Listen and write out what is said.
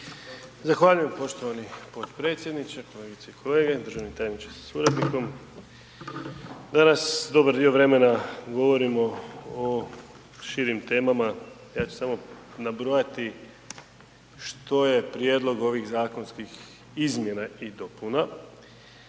Zahvaljujem poštovani potpredsjedniče, kolegice i kolege, državni tajniče sa suradnikom, danas dobar dio vremena govorimo o širim temama, ja ću samo nabrojati što je prijedlog ovih zakonskih izmjena i dopuna,